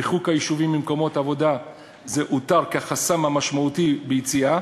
ריחוק היישובים ממקומות העבודה אותר כחסם המשמעותי ביציאה,